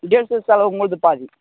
diesel செலவு உங்களுது பாதி